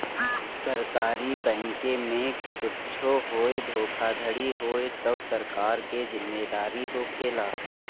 सरकारी बैंके में कुच्छो होई धोखाधड़ी होई तअ सरकार के जिम्मेदारी होखेला